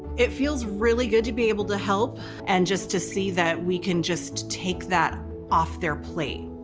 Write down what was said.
it feels really good to be able to help and just to see that we can just take that off their plate.